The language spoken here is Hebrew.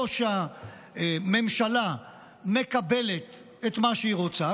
או שהממשלה מקבלת את מה שהיא רוצה,